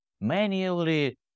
manually